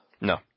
No